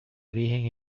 origen